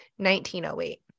1908